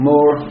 More